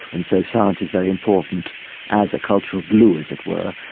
and so science is very important as a cultural glue, as it were,